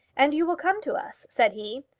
and you will come to us? said he.